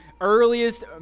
earliest